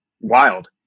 wild